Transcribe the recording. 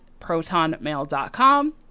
protonmail.com